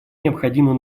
необходима